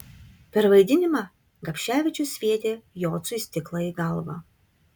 per vaidinimą gapševičius sviedė jocui stiklą į galvą